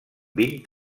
vint